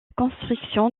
construction